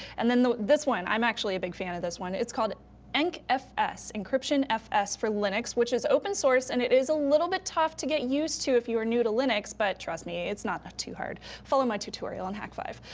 and then this one. i'm actually a big fan of this one. it's called encfs, and encryption fs for linux, which is open source and it is a little bit tough to get used to if you're new to linux, but trust me it's not too hard. follow my tutorial in hack five.